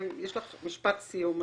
יש לך משפט סיום מכונן,